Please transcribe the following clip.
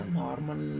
normal